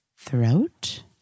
Throat